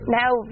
now